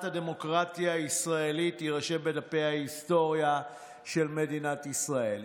הדמוקרטיה הישראלית יירשם בדפי ההיסטוריה של מדינת ישראל.